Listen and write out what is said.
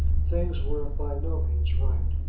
things were by no means right.